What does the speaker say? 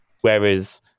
whereas